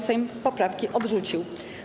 Sejm poprawki odrzucił.